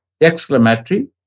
exclamatory